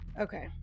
Okay